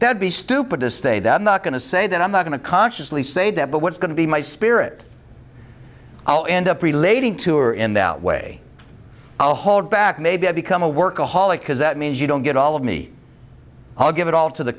would be stupid to stay that not going to say that i'm not going to consciously say that but what's going to be my spirit i'll end up relating to or in that way i'll hold back maybe i become a workaholic because that means you don't get all of me i'll give it all to the